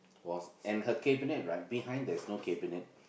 was and her cabinet right behind there's no cabinet